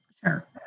Sure